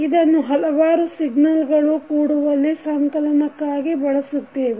ಇದನ್ನು ಹಲವಾರು ಸಿಗ್ನಲ್ಗಳು ಕೂಡುವಲ್ಲಿ ಸಂಕಲನಕ್ಕಾಗಿ ಬಳಸುತ್ತೇವೆ